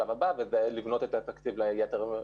המל"ל לפעילות בחו"ל יוטמעו בפעילות של מערך החוץ.